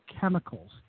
chemicals